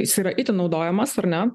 jis yra itin naudojamas ar ne